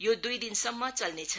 यो दुई दिन सम्म चल्नेछ